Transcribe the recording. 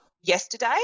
yesterday